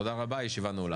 תודה רבה, הישיבה נעולה.